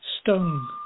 stung